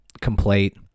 complete